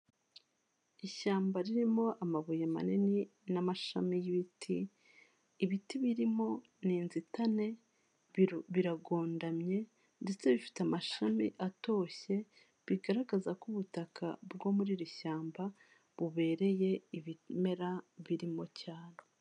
Ishyamba ririmo amabuye manini n'amashami y'ibiti, ibiti birimo ni inzitane biragondamye ndetse bifite amashami atoshye, bigaragaza ko ubutaka bwo muri iri shyamba bubereye ibimera birimo cyane.